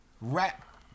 rap